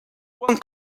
one